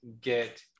get